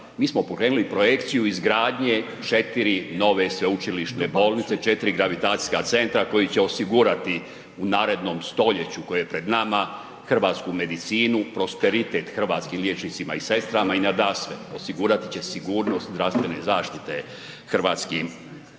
Mi smo pokrenuli projekciju izgradnje 4 nove sveučilišne bolnice, 4 gravitacijska centra koji će osigurati u narednom stoljeću koje je pred nama hrvatsku medicinu, prosperitet hrvatskim liječnicima i sestrama i nadasve osigurati će sigurnost zdravstvene zaštite hrvatskim građanima